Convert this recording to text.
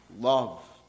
Love